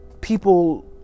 people